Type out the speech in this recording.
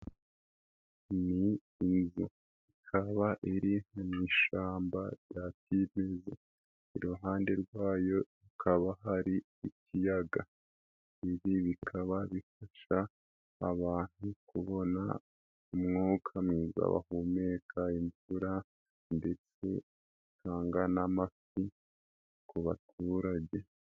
Ni inzu. Ikaba iri mushamba rya kimeza. Iruhande rwayo hakaba hari ikiyaga. Ibi bikaba bifasha abantu kubona umwuka mwiza bahumeka, imvura ndetse binatanga n'amafu ku baturage.